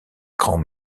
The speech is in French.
grand